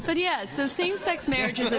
but yeah so same-sex marriage and